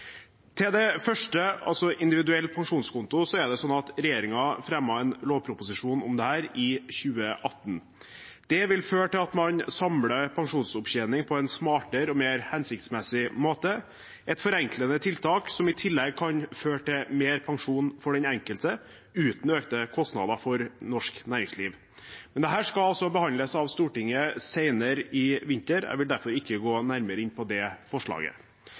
Til det første, altså individuell pensjonskonto, er det slik at regjeringen la fram en lovproposisjon om dette i 2018. Det vil føre til at man samler pensjonsopptjening på en smartere og mer hensiktsmessig måte, et forenklende tiltak som i tillegg kan føre til mer pensjon for den enkelte uten økte kostnader for norsk næringsliv. Men dette skal altså behandles av Stortinget senere i vinter, og jeg vil derfor ikke gå nærmere inn på det forslaget.